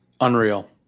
Unreal